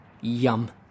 yum